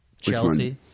Chelsea